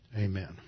Amen